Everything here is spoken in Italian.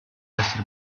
essere